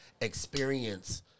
experience